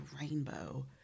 rainbow